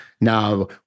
now